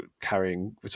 carrying